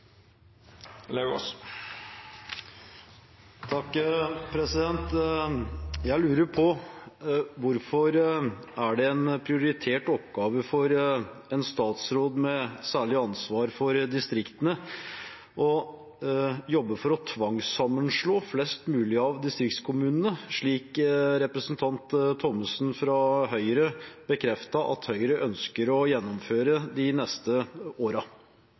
Jeg lurer på hvorfor det er en prioritert oppgave for en statsråd med særlig ansvar for distriktene å jobbe for å tvangssammenslå flest mulig av distriktskommunene, slik representanten Olemic Thommessen fra Høyre bekreftet at Høyre ønsker å gjennomføre de neste